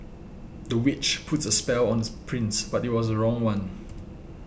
the witch puts a spell on the prince but it was the wrong one